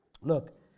Look